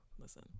Listen